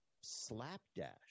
slapdash